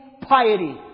piety